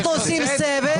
--- אנחנו עושים סבב.